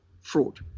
fraud